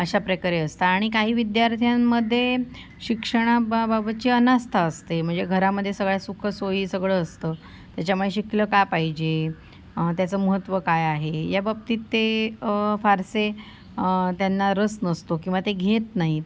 अशाप्रकारे असतं आणि काही विद्यार्थ्यांमध्ये शिक्षणाबाबाबतची अनास्था असते म्हणजे घरामध्ये सगळ्या सुखसोयी सगळं असतं त्याच्यामुळे शिकलं का पाहिजे त्याचं महत्त्व काय आहे याबाबतीत ते फारसे त्यांना रस नसतो किंवा ते घेत नाहीत